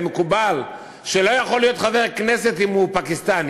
ומקובל שלא יכול להיות חבר כנסת אם הוא פקיסטני,